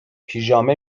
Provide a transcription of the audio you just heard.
پیژامه